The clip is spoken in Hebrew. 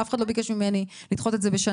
אף אחד לא ביקש ממני לדחות את זה בשנה.